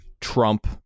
Trump